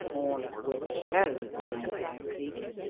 all of which shows, my dear cleek,